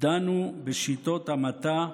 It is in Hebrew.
דנו בשיטות המתה,